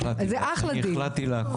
זה אחלה דיל.